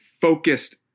focused